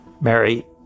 Mary